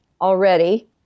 already